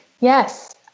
Yes